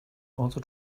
also